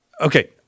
Okay